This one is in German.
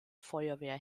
feuerwehr